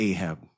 Ahab